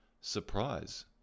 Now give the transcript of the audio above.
surprise